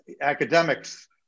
academics